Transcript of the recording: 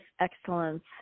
excellence